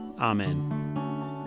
Amen